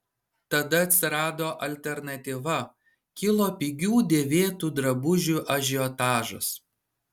tada atsirado alternatyva kilo pigių dėvėtų drabužių ažiotažas